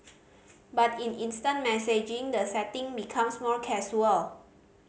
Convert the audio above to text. but in instant messaging the setting becomes more casual